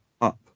up